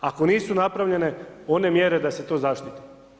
Ako nisu napravljene one mjere da se to zaštiti.